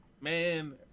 Man